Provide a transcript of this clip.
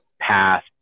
path